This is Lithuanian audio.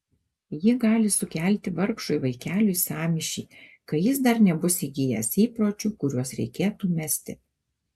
ji gali sukelti vargšui vaikeliui sąmyšį kai jis dar nebus įgijęs įpročių kuriuos reikėtų mesti